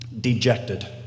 dejected